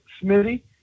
Smithy